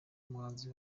umuhanzi